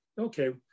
okay